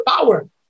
power